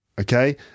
Okay